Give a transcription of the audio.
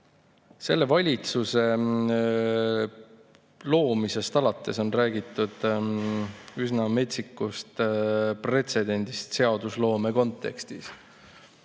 Selle valitsuse loomisest alates on räägitud üsna metsikust pretsedendist seadusloome kontekstis.